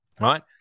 right